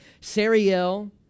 Sariel